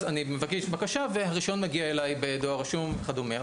אז אני מבקש בקשה והרישיון מגיע בדואר רשום וכדומה.